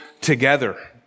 together